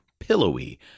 Pillowy